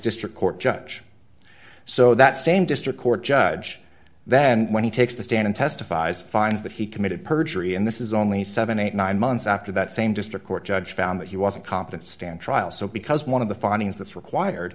district court judge so that same district court judge then when he takes the stand in testifies finds that he committed perjury and this is only seven hundred and eighty nine months after that same district court judge found that he wasn't competent to stand trial so because one of the findings that's required